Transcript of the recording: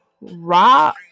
Raw